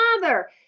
Father